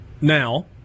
now